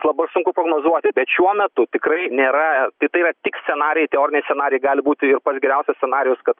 labai sunku prognozuoti bet šiuo metu tikrai nėra tai tai yra tik scenarijai teoriniai scenarijai gali būti ir pats geriausias scenarijus kad